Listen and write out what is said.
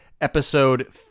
episode